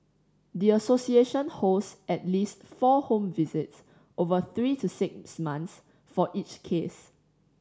the association holds at least four home visits over three to six months for each case